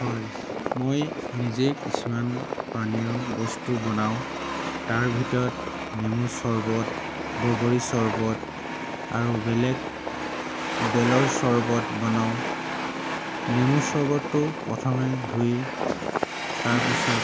হয় মই নিজে কিছুমান পানীয় বস্তু বনাওঁ তাৰ ভিতৰত নেমু চৰ্বত বগৰী চৰ্বত আৰু বেলেগ বেলৰ চৰ্বত বনাওঁ নেমু চৰ্বতটো প্ৰথমে ধুই তাৰপিছত